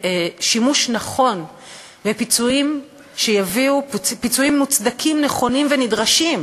בשימוש נכון בפיצויים מוצדקים, נכונים ונדרשים,